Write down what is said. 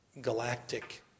galactic